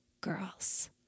girls